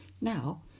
Now